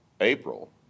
April